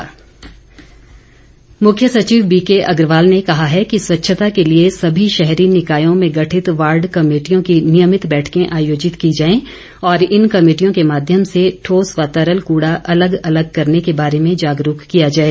मुख्य सचिव मुख्य सचिव बीके अग्रवाल ने कहा है कि स्वच्छता के लिए सभी शहरी निकायों में गठित वॉर्ड कमेटिर्यो की नियमित बैठकें आयोजित की जाएं और इन कमेटियों के माध्यम से ठोस व तरल कड़ा अलग अलग करने के बारे में जागरूक किया जाए